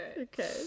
Okay